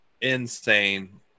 insane